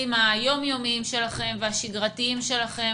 היום יומיים שלכם והשגרתיים שלכם,